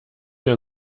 wir